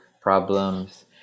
problems